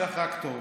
שיהיה לך רק טוב.